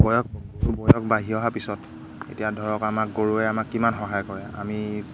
বয়স বয়স বাঢ়ি অহা পিছত এতিয়া ধৰক আমাক গৰুৱে আমাক কিমান সহায় কৰে আমি